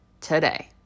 today